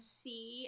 see